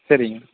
சரிங்க